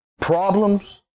problems